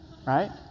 right